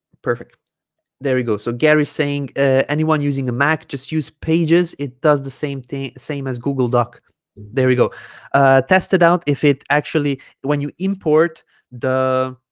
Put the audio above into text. perfect there we go so gary's saying anyone using a mac just use pages it does the same thing same as google doc there we go ah test it out if it actually when you import the